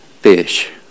fish